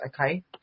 okay